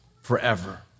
forever